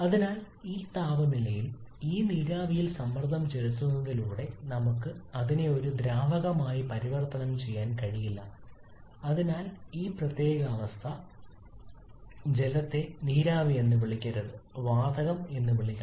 അതിനാൽ ഈ താപനിലയിൽ ഈ നീരാവിയിൽ സമ്മർദ്ദം ചെലുത്തുന്നതിലൂടെ നമുക്ക് അതിനെ ഒരു ദ്രാവകമായി പരിവർത്തനം ചെയ്യാൻ കഴിയില്ല അതിനാൽ ഈ പ്രത്യേക അവസ്ഥ ജലത്തെ നീരാവി എന്ന് വിളിക്കരുത് വാതകം എന്ന് വിളിക്കണം